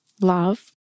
love